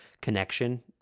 connection